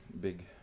big